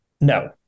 No